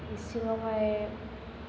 इसिंआवहाय